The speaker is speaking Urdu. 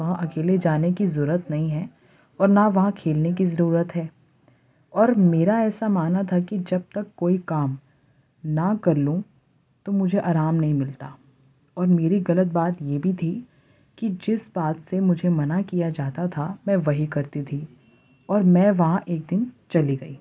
وہاں اکیلے جانے کی ضرورت نہیں ہے اور نہ وہاں کھیلنے کی ضرورت ہے اور میرا ایسا ماننا تھا کہ جب تک کوئی کام نہ کر لوں تو مجھے آرام نہیں ملتا اور میری غلط بات یہ بھی تھی کہ جس بات سے مجھے منع کیا جاتا تھا میں وہی کرتی تھی اور میں وہاں ایک دن چلی گئی